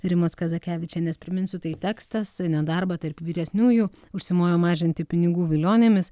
rimos kazakevičienės priminsiu tai tekstas nedarbą tarp vyresniųjų užsimojo mažinti pinigų vilionėmis